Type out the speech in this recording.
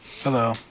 Hello